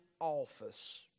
office